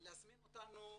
להזמין אותנו.